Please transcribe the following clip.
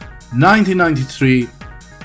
1993